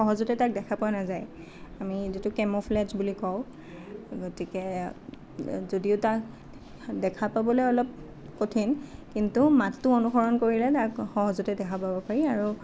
সহজতে তাক দেখা পোৱা নাযায় আমি যিটো কেম'ফ্লেক্স বুলি কওঁ গতিকে যদিও তাক দেখা পাবলৈ অলপ কঠিন কিন্তু মাতটো অনুসৰণ কৰিলে তাৰ সহজতে দেখা পাব পাৰি আৰু